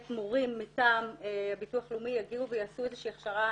מורים מטעם ביטוח לאומי יגיעו ויעשו איזו שהיא הכשרה